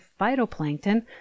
phytoplankton